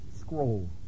scroll